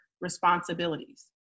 responsibilities